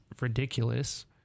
ridiculous